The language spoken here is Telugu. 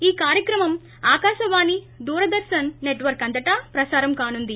ఈ కార్యక్రమం ఆకాశవాణి దూరదర్పన్ నెట్వర్క్ అంతటా ప్రసారం కానుంది